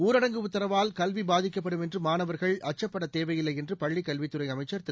ஊரடங்கு உத்தரவால் கல்வி பாதிக்கப்படும் என்று மாணவர்கள் அச்சப்படத்தேவையில்லை என்று பள்ளிக்கல்வித்துறை அமைச்சர் திரு